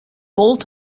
bolt